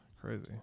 crazy